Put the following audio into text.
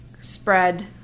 spread